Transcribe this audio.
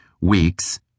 Weeks